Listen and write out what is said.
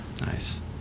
Nice